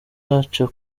naca